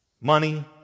Money